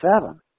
seven